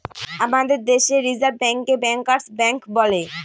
আমাদের দেশে রিসার্ভ ব্যাঙ্কে ব্যাঙ্কার্স ব্যাঙ্ক বলে